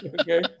Okay